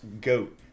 GOAT